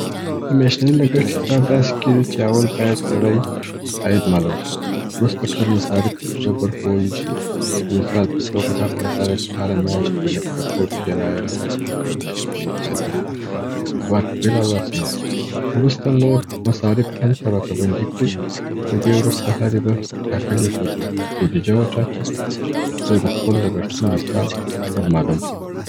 د میاشتني لګښت حساب داسي کیږي چې اول باید سړی عاید معلوم کړي. وروسته ټول مصارف پر څو برخو وویشي. د مثال په توګه هغه مصارف چې هره میاشت وي، لکه د کور کرایه، د موټر میاشتنې تادیې، د برق بیل او داسي نور. وروسته نور مصارف هم طبقه بندي کړي. د دې وروسته هر برخې ته ټاکلې بو، بودیجه و ټاکي تر څو د خپل لګښتونو حساب ور معلوم سي.